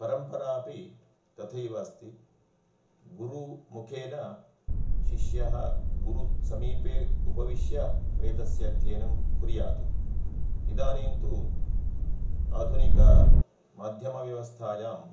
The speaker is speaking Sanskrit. परम्परापि तथैव अस्ति गुरुमुखेन शिष्यः गुरुसमीपे उपविश्य वेदस्य अध्ययनं कुर्यात् इदानीं तु आधुनिकमाध्यमव्यवस्थायाम्